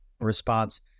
response